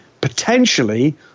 potentially